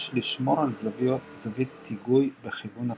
יש לשמור על זווית היגוי בכיוון הפנייה.